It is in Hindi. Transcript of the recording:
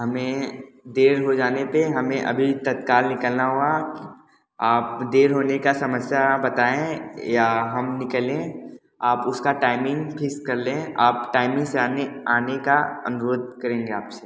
हमें देर हो जाने पे हमें अभी तत्काल निकलना होगा आप देर होने का समस्या बताएँ या हम निकलें आप उसका टाइमिंग फिक्स कर लें आप टाइमिंग से आने आने का अनुरोध करेंगे आपसे